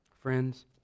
Friends